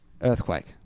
earthquake